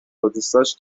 بادوستاش